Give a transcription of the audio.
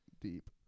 deep